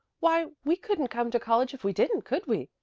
why, we couldn't come to college if we didn't, could we?